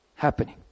happening